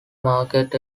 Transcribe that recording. market